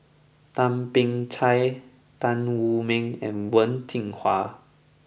Thum Ping Tjin Tan Wu Meng and Wen Jinhua